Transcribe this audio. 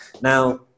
now